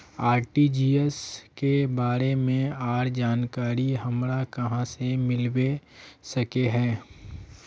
RTGS के बारे में आर जानकारी हमरा कहाँ से मिलबे सके है?